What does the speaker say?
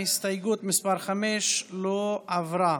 ההסתייגות מס' 5 לא עברה.